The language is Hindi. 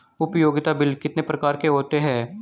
उपयोगिता बिल कितने प्रकार के होते हैं?